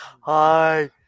Hi